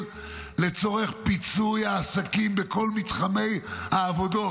לצורך פיצוי העסקים בכל מתחמי העבודות,